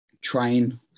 train